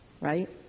right